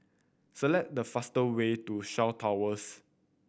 select the fast way to Shaw Towers